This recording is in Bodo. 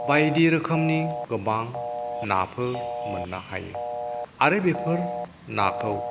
बायदि रोखोमनि गोबां नाफोर मोननो हायो आरो बेफोर नाखौ